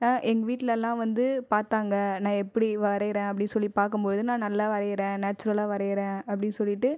அ எங்கள் வீட்லெலாம் வந்து பார்த்தாங்க நான் எப்படி வரைறேன் அப்படி சொல்லி பார்க்கும் பொழுது நான் நல்லா வரைகிறேன் நேச்சுரலாக வரைகிறேன் அப்படின்னு சொல்லிகிட்டு